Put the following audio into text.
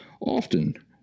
Often